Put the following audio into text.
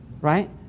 right